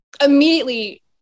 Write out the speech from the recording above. immediately